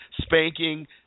spanking